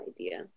idea